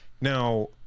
Now